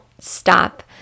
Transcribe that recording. stop